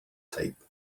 tape